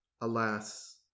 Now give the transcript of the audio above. alas